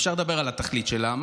אפשר לדבר על התכלית שלה.